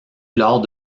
lors